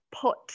put